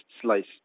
slice